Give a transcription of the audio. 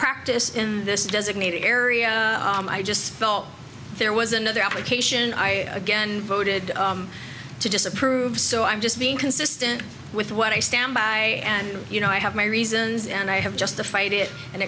practice in this designated area i just felt there was another application i again voted to disapprove so i'm just being consistent with what i stand by and you know i have my reasons and i have justified it and